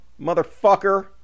motherfucker